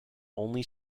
only